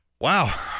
wow